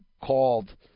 called